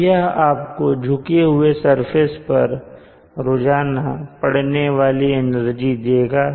अब यह आपको झुके हुए सरफेस पर रोजाना पढ़ने वाली एनर्जी देगा